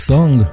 Song